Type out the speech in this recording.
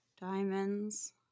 diamonds